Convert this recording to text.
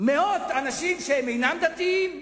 שם מאות אנשים שאינם דתיים,